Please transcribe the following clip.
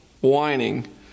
whining